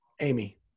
amy